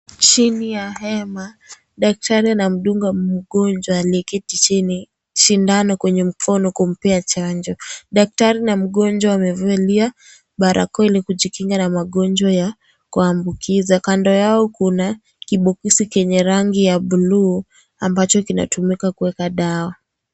Chini ya hema daktari anamdunga mgonjwa aliyeketi chini sindano kwenye mkono kumpea chanjo. Daktari na mgonjwa wamevalia barakoa ili kujikinga na magonjwa ya kuambukiza. Kando yao kuna kiboksi chenye rangi ya buluu ambacho kinatumika kuweka dawa.